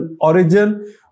origin